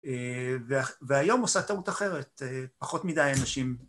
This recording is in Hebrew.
והיום הוא עשה טעות אחרת, פחות מדי אנשים.